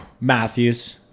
Matthews